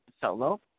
solo